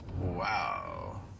Wow